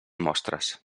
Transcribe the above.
mostres